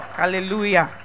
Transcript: hallelujah